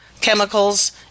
chemicals